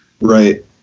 Right